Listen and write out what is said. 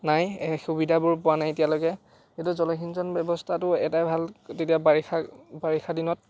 নাই এই সুবিধাবোৰ পোৱা নাই এতিয়ালৈকে এইটো জলসিঞ্চন ব্যৱস্থাটো এটাই ভাল তেতিয়া বাৰিষা বাৰিষা দিনত